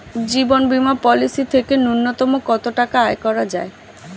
জীবন বীমা পলিসি থেকে ন্যূনতম কত টাকা আয় করা যায়?